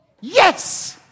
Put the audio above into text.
Yes